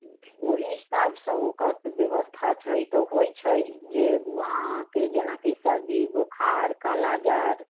ओहि हिसाबसँ ओकर व्यवस्था छै तऽ होइत छै जे अहाँकेँ जेनाकि सर्दी बोखार कालाजाड़